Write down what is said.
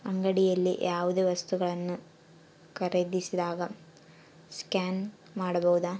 ಅಂಗಡಿಯಲ್ಲಿ ಯಾವುದೇ ವಸ್ತುಗಳನ್ನು ಖರೇದಿಸಿದಾಗ ಸ್ಕ್ಯಾನ್ ಮಾಡಬಹುದಾ?